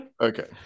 Okay